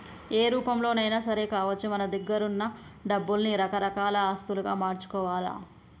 ఏ రూపంలోనైనా సరే కావచ్చు మన దగ్గరున్న డబ్బుల్ని రకరకాల ఆస్తులుగా మార్చుకోవాల్ల